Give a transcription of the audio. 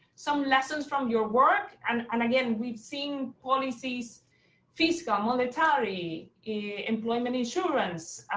some lessons from your work, and and again, we've seen policies fiscal, monetary, employment insurance,